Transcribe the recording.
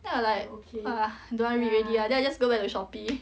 then 我 like don't want read already ah then I just go back to Shopee